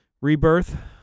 Rebirth